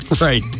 Right